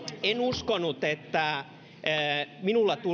uskonut että minulla